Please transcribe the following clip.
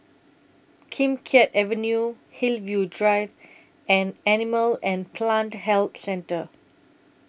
Kim Keat Avenue Hillview Drive and Animal and Plant Health Centre